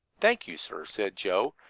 thank you, sir, said joe,